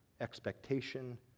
expectation